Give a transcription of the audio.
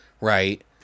right